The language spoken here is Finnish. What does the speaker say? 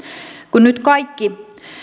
kun nyt kaikki